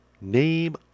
name